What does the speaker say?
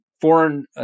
Foreign